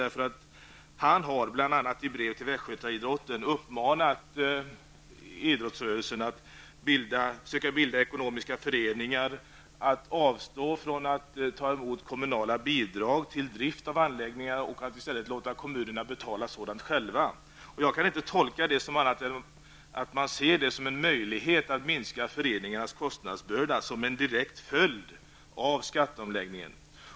Han har nämligen, bl.a. i brev till Västgötaidrotten, uppmanat idrottsrörelsen att försöka bilda ekonomiska föreningar och att avstå från att ta emot kommunala bidrag till drift av anläggningarna och i stället låta kommunerna betala sådant själva. Jag kan inte tolka det på annat sätt än att man ser detta som en möjlighet att minska föreningarnas kostnadsbörda, vilken är en direkt följd av skatteomläggningen.